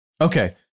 Okay